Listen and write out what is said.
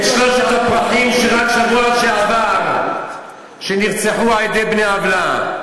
את שלושת הפרחים שרק בשבוע שעבר נרצחו על-ידי בני עוולה.